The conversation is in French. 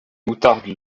moutarde